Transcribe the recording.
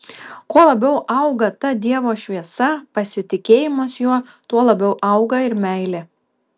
kuo labiau auga ta dievo šviesa pasitikėjimas juo tuo labiau auga ir meilė